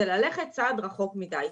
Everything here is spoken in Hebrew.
זה ללכת צעד רחוק מדי.